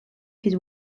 his